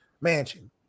mansion